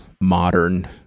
modern